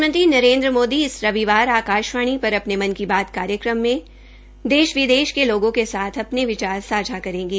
प्रधानमंत्री नरेन्द्र मोदी इस रविवार आकाशवाणी पर अपने मन की बात कार्यक्रम में देश विदेश के लोगों के साथ अपने विचार सांझा करेंगे